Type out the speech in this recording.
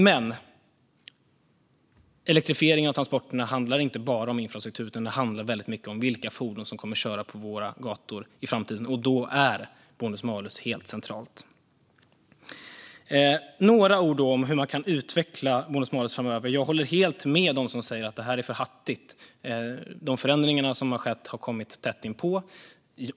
Men elektrifiering av transporterna handlar inte bara om infrastruktur, utan det handlar väldigt mycket om vilka fordon som kommer att köras på våra gator i framtiden. Då är bonus-malus helt centralt. Jag ska säga några ord om hur man kan utveckla bonus-malus framöver. Jag håller helt med dem som säger att det är för hattigt. De förändringar som har skett har kommit tätt inpå.